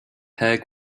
peg